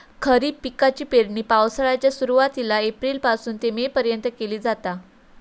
खरीप पिकाची पेरणी पावसाळ्याच्या सुरुवातीला एप्रिल पासून ते मे पर्यंत केली जाता